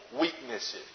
weaknesses